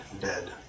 dead